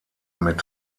mit